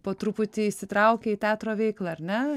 po truputį įsitraukia į teatro veiklą ar ne